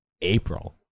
April